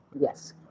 Yes